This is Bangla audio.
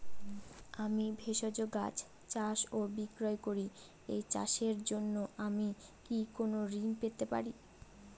আমি ভেষজ গাছ চাষ ও বিক্রয় করি এই চাষের জন্য আমি কি কোন ঋণ পেতে পারি?